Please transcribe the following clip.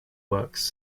works